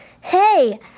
Hey